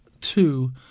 two